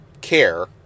Care